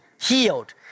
healed